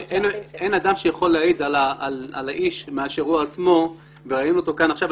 אין אדם שיכול להעיד על האיש מאשר הוא עצמו וראינו אותו כאן עכשיו.